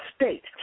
state